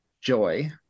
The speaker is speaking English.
Joy